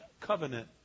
covenant